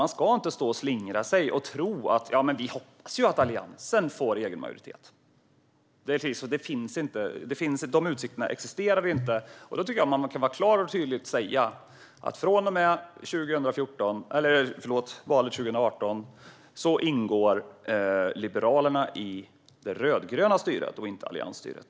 Man ska inte slingra sig och säga att man hoppas att Alliansen får egen majoritet, för den utgången existerar inte. I stället kan man vara tydlig med att från och med valet 2018 ingår Liberalerna i det rödgröna styret och inte i alliansstyret.